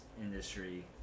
industry